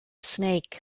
snake